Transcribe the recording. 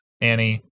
Annie